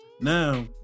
Now